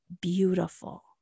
beautiful